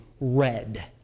red